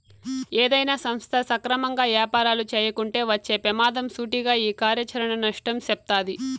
ఏదైనా సంస్థ సక్రమంగా యాపారాలు చేయకుంటే వచ్చే పెమాదం సూటిగా ఈ కార్యాచరణ నష్టం సెప్తాది